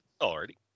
Already